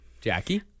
Jackie